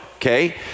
Okay